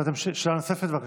שאלה נוספת, בבקשה.